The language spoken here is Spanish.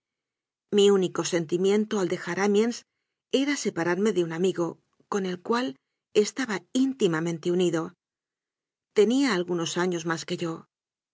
mi único sentimiento al dejar amiens era sepa rarme de un amigo con el cual estaba íntimamen te unido tenía algunos años más que yo